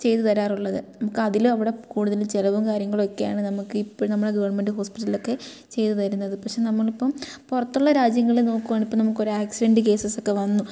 ചെയ്ത് തരാറുള്ളത് നമുക്കതിൽ അവിടെ കൂടുതൽ ചിലവും കാര്യങ്ങളൊക്കെയാണ് നമുക്ക് ഇപ്പോഴും നമ്മളെ ഗവൺമെൻറ് ഹോസ്പിറ്റലിലൊക്കെ ചെയ്ത് തരുന്നത് പക്ഷേ നമ്മളിപ്പം പുറത്തുള്ള രാജ്യങ്ങളിൽ നോക്കുവാണെൽ നമുക്കൊരു ആക്സിഡൻറ്റ് കേസസൊക്കെ വന്നു